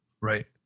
Right